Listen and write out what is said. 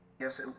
Yes